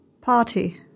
Party